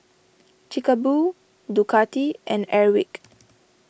Chic A Boo Ducati and Airwick